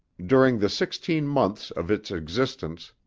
during the sixteen months of its existence,